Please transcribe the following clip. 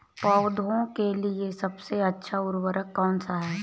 पौधों के लिए सबसे अच्छा उर्वरक कौनसा हैं?